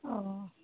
অঁ